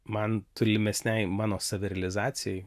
man tolimesnei mano savirealizacijai